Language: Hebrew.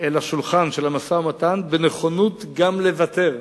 אל השולחן של המשא-ומתן בנכונות גם לוותר,